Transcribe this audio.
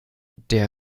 der